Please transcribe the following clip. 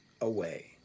away